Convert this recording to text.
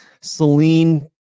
Celine